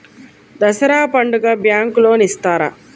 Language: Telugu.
దసరా పండుగ బ్యాంకు లోన్ ఇస్తారా?